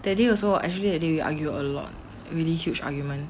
that day also actually that day we argue a lot really huge argument